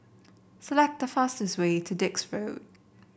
select the fastest way to Dix Road